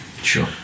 Sure